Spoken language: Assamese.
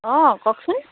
অঁ কওকচোন